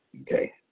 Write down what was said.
Okay